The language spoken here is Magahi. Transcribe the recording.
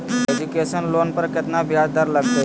एजुकेशन लोन पर केतना ब्याज दर लगतई?